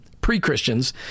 pre-Christians